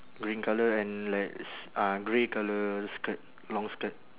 green colour and like s~ uh grey colour skirt long skirt